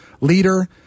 leader